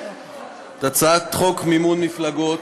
את הצעת חוק מימון מפלגות,